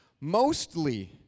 Mostly